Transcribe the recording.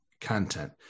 content